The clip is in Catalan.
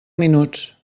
minuts